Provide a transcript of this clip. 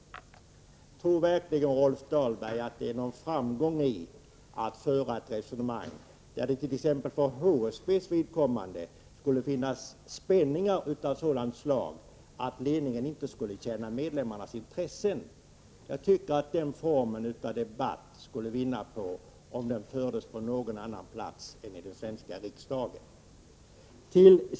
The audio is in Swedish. Tror verkligen Rolf Dahlberg att det innebär någon framgång att föra ett resonemang som går ut på att t.ex. för HSB:s vidkommande det skulle finnas spänningar av sådant slag att ledningen inte skulle tillvarata medlemmarnas intressen? Jag tycker att den formen av debatt inte bör förekomma i den svenska riksdagen.